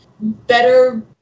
better